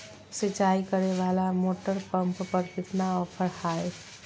सिंचाई करे वाला मोटर पंप पर कितना ऑफर हाय?